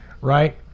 Right